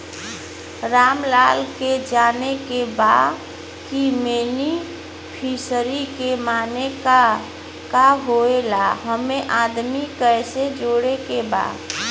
रामलाल के जाने के बा की बेनिफिसरी के माने का का होए ला एमे आदमी कैसे जोड़े के बा?